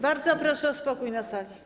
Bardzo proszę o spokój na sali.